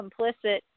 complicit